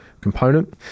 component